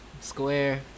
Square